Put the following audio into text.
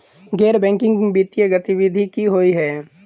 गैर बैंकिंग वित्तीय गतिविधि की होइ है?